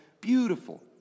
beautiful